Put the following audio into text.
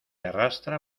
arrastra